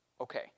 Okay